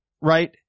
right